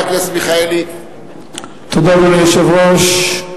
אדוני היושב-ראש,